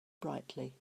brightly